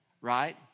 Right